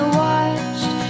watched